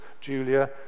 Julia